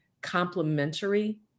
complementary